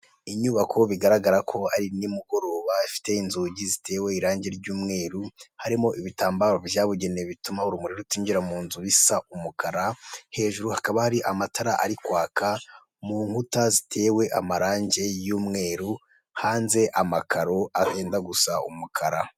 Inyubako bigaragara ko ari nimugoroba, ifite inzugi zitewe irangi ry'umweru, harimo ibitambaro byabugenewe bituma urumuri rutinjira mu nzu bisa umukara, hejuru hakaba hari amatara ari kwaka, mu nkuta zitewe amarangi y'umweru, hanze amakaro arenda gusa umukara.